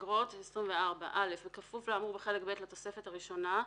"אגרות 24. (א) בכפוף לאמור בחלק ב' לתוספת הראשונה,